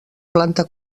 planta